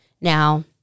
Now